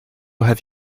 have